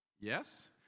Yes